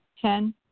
Ten